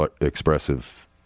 expressive